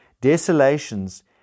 Desolation's